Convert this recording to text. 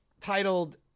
titled